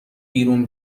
بیرون